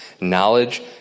Knowledge